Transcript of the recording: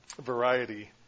variety